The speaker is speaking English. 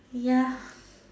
ya